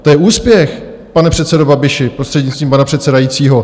To je úspěch, pane předsedo Babiši, prostřednictvím pana předsedajícího.